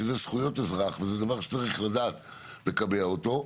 אלה זכויות אזרח וצריך לדעת לקבע אותו.